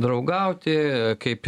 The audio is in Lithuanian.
draugauti kaip